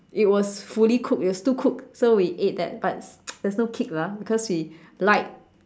it was fully cooked it was too cooked so we ate that but there's no kick lah because we like